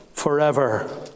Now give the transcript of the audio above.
forever